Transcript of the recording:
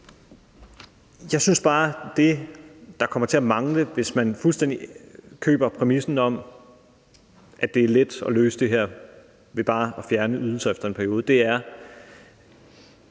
Jeg synes bare, at det, der kommer til at mangle, hvis man fuldstændig køber præmissen om, at det er let at løse det her ved bare at fjerne ydelser efter en periode, er,